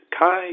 Kai